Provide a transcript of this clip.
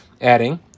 adding